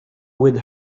with